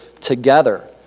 together